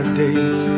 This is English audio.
days